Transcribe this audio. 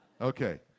Okay